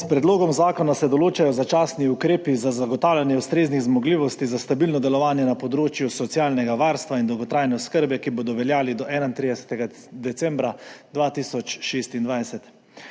S predlogom zakona se določajo začasni ukrepi za zagotavljanje ustreznih zmogljivosti za stabilno delovanje na področju socialnega varstva in dolgotrajne oskrbe, ki bodo veljali do 31. decembra 2026.